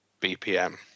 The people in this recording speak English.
BPM